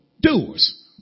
doers